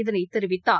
இதனைத் தெரிவித்தார்